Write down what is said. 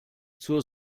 zur